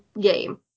game